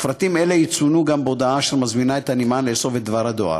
ופרטים אלה יצוינו גם בהודעה אשר מזמינה את הנמען לאסוף את דבר הדואר.